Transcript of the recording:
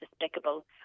despicable